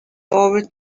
over